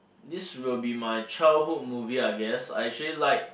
this will be my childhood movie I guess I actually like